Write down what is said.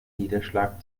niederschlag